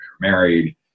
married